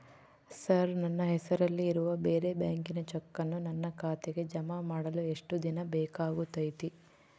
Sir ನನ್ನ ಹೆಸರಲ್ಲಿ ಇರುವ ಬೇರೆ ಬ್ಯಾಂಕಿನ ಚೆಕ್ಕನ್ನು ನನ್ನ ಖಾತೆಗೆ ಜಮಾ ಮಾಡಲು ಎಷ್ಟು ದಿನ ಬೇಕಾಗುತೈತಿ?